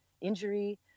injury